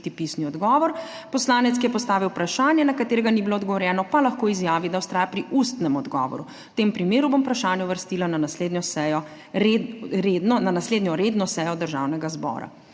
pisni odgovor. Poslanec, ki je postavil vprašanje, na katero ni bilo odgovorjeno, pa lahko izjavi, da vztraja pri ustnem odgovoru. V tem primeru bom vprašanje uvrstila na naslednjo redno sejo Državnega zbora.